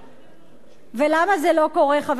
ולמה זה לא קורה, חברי חברי הכנסת?